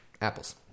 apples